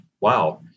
wow